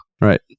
Right